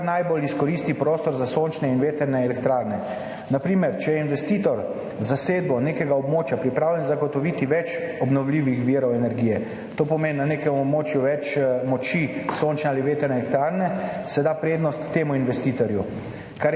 kar najbolj izkoristi prostor za sončne in vetrne elektrarne, na primer če je investitor z zasedbo nekega območja pripravljen zagotoviti več obnovljivih virov energije, to pomeni na nekem območju več moči sončne ali vetrne elektrarne, se da prednost temu investitorju,